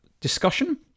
discussion